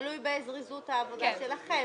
תלוי בזריזות העבודה שלכם.